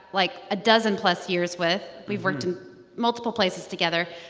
like, a dozen-plus years with. we've worked in multiple places together.